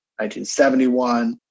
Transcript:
1971